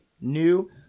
new